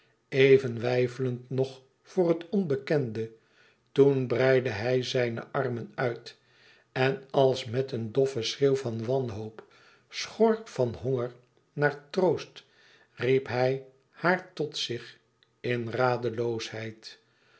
lend nog voor het onbekende toen breidde hij zijne armen uit en als met een doffen schreeuw van wanhoop schor van zijn honger naar troost riep hij haar tot zich in radeloosheid